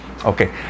Okay